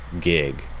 gig